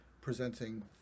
presenting